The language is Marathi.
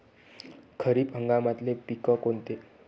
खरीप हंगामातले पिकं कोनते?